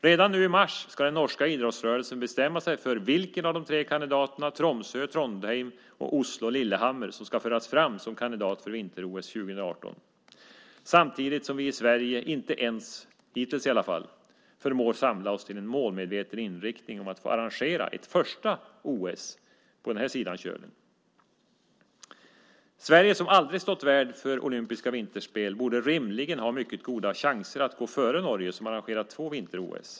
Redan nu i mars ska den norska idrottsrörelsen bestämma sig för vilken av de tre orterna Tromsö, Trondheim eller Oslo-Lillehammer som ska föras fram som kandidat för vinter-OS 2018, samtidigt som vi i Sverige - hittills i alla fall - inte ens förmår samla oss till en målmedveten inriktning om att få arrangera ett första OS på den här sidan Kölen. Sverige, som aldrig stått värd för olympiska vinterspel, borde rimligen ha mycket goda chanser att gå före Norge som arrangerat två vinter-OS.